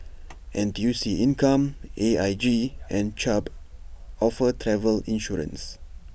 N T U C income A I G and Chubb offer travel insurance